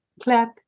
Clap